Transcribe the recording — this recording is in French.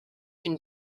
une